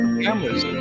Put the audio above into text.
cameras